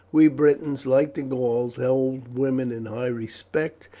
we britons, like the gauls, hold women in high respect,